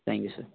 thank you sir